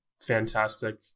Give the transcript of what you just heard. fantastic